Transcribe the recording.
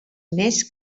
més